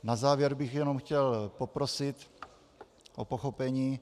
Na závěr bych jenom chtěl poprosit o pochopení.